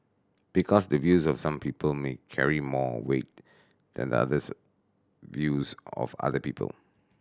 because the views of some people may carry more weight than others views of other people